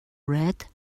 red